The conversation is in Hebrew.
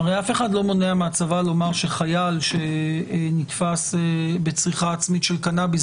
הרי אף אחד לא מונע מהצבא לומר שחייל שנתפס בצריכה עצמית של קנאביס,